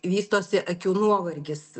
vystosi akių nuovargis